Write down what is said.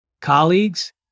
colleagues